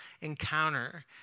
encounter